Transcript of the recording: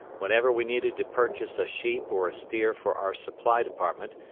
whenever we needed to purchase a sheep or a steer for our supply department,